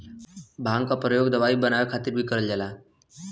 भांग क परयोग दवाई बनाये खातिर भीं करल जाला